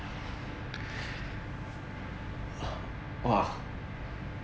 !wah!